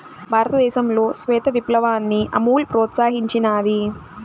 భారతదేశంలో శ్వేత విప్లవాన్ని అమూల్ ప్రోత్సహించినాది